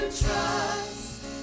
trust